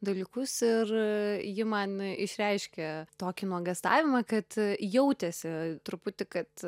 dalykus ir ji man išreiškė tokį nuogąstavimą kad jautėsi truputį kad